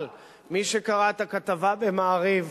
אבל מי שקרא את הכתבה ב"מעריב,